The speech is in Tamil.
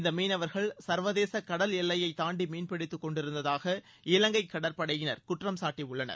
இந்த மீனவர்கள் சர்வதேச கடல் எல்லையை தாண்டி மீன்பிடித்து கொண்டிருந்ததாக இலங்கை கடற்படையினர் குற்றம் சாட்டியுள்ளனர்